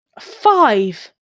Five